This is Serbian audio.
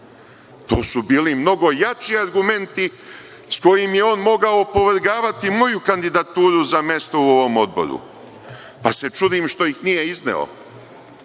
To su bili mnogo jači argumenti kojim je on mogao opovrgavati moju kandidaturu za mesto u ovom odboru, pa se čudim što ih nije izneo. Ima